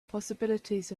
possibilities